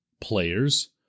players